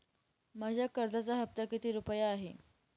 माझ्या कर्जाचा हफ्ता किती रुपये आहे?